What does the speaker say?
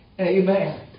Amen